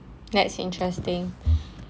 that's interesting